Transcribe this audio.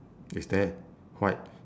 is that white